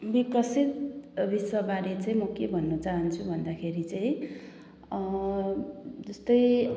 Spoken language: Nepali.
विकसित विश्वबारे चाहिँ म के भन्न चाहन्छु भन्दाखेरि चाहिँ यस्तै